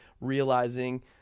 realizing